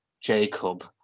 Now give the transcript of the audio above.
Jacob